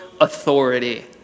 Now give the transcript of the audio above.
authority